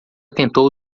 tentou